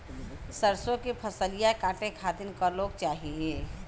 सरसो के फसलिया कांटे खातिन क लोग चाहिए?